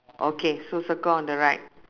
okay so circle on the right